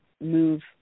move